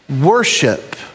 worship